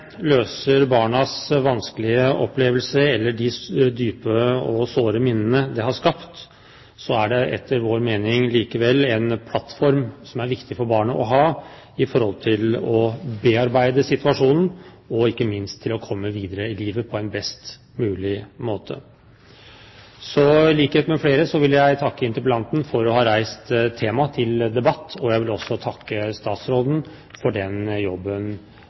løser noen problemer, men at vold bare skaper nye problemer. Selv om erstatningen i seg selv ikke avhjelper barnas vanskelige opplevelser eller de dype og såre minnene de har skapt, er det etter vår mening likevel en plattform som er viktig for barn å ha for å bearbeide situasjonen og ikke minst for å komme videre i livet på en best mulig måte. I likhet med flere vil jeg takke interpellanten for å ha reist temaet til debatt, og jeg vil også takke statsråden for den